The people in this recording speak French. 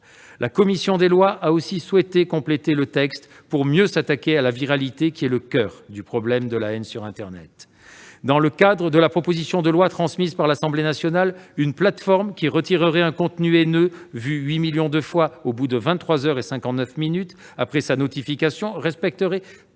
La commission des lois a, en outre, souhaité compléter le texte pour mieux s'attaquer à la viralité, qui est le coeur du problème de la haine sur internet. Avec la proposition de loi telle qu'elle nous a été transmise par l'Assemblée nationale, une plateforme qui retirerait un contenu haineux vu 8 millions de fois au bout de 23 heures et 59 minutes après une notification respecterait